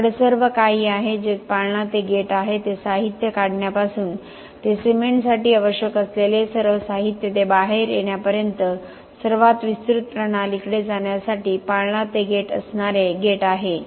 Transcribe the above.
आपल्याकडे सर्व काही आहे जे पाळणा ते गेट आहे ते साहित्य काढण्यापासून ते सिमेंटसाठी आवश्यक असलेले सर्व साहित्य ते बाहेर येण्यापर्यंत ते सर्वात विस्तृत प्रणालीकडे जाण्यासाठी पाळणा ते गेट असणारे गेट आहे